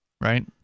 Right